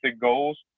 goals